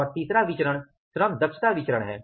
और तीसरा विचरण श्रम दक्षता विचरण है